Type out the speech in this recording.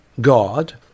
God